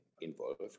involved